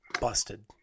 busted